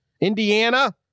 Indiana